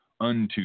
unto